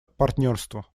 партнерство